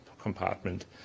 compartment